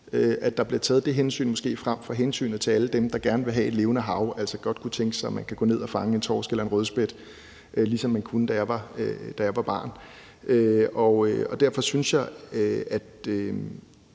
måske bliver taget det hensyn frem for hensynet til alle dem, der gerne vil have et levende hav og godt kunne tænke sig, at man kunne gå ned at fange en torsk eller en rødspætte, ligesom man kunne, da jeg var barn. Jeg er bekymret for, om